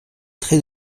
très